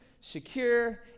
secure